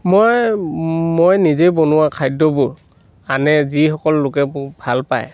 মই মই নিজে বনোৱা খাদ্যবোৰ আনে যিসকল লোকে মোক ভাল পায়